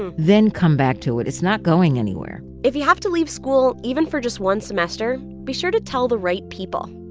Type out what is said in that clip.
and then come back to it. it's not going anywhere if you have to leave school even for just one semester, be sure to tell the right people.